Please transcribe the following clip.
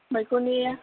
मैखुननि